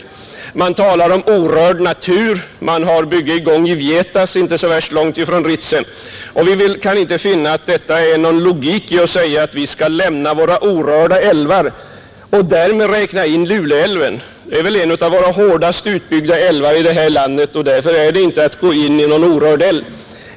Det har också talats om orörd natur i detta sammanhang, men man har ett bygge i gång i Vietas inte så särskilt långt från Ritsem. Vi kan inte finna någon logik i att säga att våra orörda älvar skall sparas och därvid räkna in Luleälven. Den är väl en av de hårdast utbyggda älvarna i det här landet, och där är det inte fråga om att gå in i någon orörd älv.